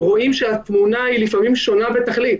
רואים שהתמונה היא לפעמים שונה בתכלית,